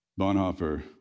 Bonhoeffer